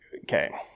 okay